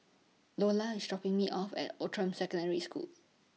Loula IS dropping Me off At Outram Secondary School